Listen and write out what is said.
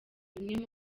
bimwe